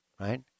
Right